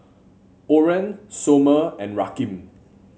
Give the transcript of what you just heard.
Oren Somer and Rakeem